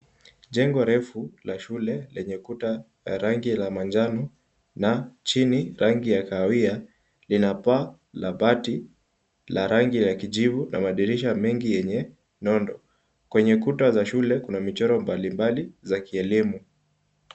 Jengo refu la shule lenye kuta la rangi ya manjano na chini rangi ya kawahia lina paa la bati la rangi ya kijivu na madirisha mengi yenye nondo. Kwenye kuta za shule kuna michoro mbalimbali za kielimu.